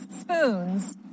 spoons